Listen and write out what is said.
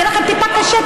יהיה לכם טיפה קשה,